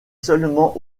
seulement